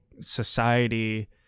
society